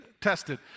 tested